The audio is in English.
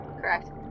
Correct